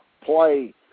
play